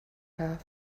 have